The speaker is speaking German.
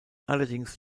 allerdings